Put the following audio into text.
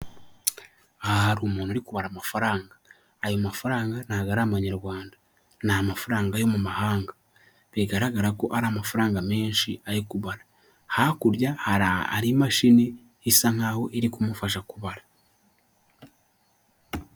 Ni akazu ka emutiyene k'umuhondo, kariho ibyapa byinshi mu bijyanye na serivisi zose za emutiyene, mo imbere harimo umukobwa, ubona ko ari kuganira n'umugabo uje kumwaka serivisi.